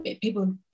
people